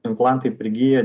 implantai prigyja